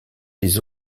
les